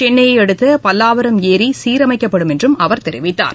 சென்னையை அடுத்த பல்லாவரம் ஏரி சீரமைக்கப்படும் என்று அவர் தெரிவித்தார்